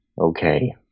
okay